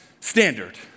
standard